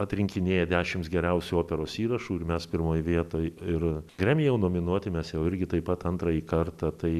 atrinkinėja dešims geriausių operos įrašų ir mes pirmoj vietoj ir grammy jau nominuoti mes jau irgi taip pat antrąjį kartą tai